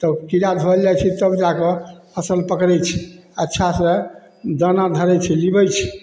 तब कीड़ा धोअल जाइ छै तब जाकऽ फसिल पकड़ै छै अच्छासँ दाना धरै छै लिबै छै